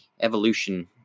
evolution